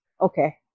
okay